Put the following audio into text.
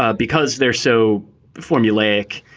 ah because they're so formulaic.